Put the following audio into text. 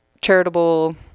charitable